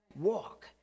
walk